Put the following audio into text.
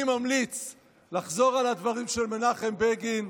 אני ממליץ לחזור על הדברים של מנחם בגין.